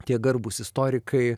tie garbūs istorikai